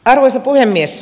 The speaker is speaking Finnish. arvoisa puhemies